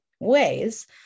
ways